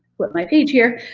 flip my page here,